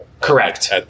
Correct